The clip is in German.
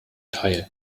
teil